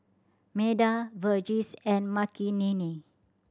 Medha Verghese and Makineni